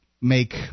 make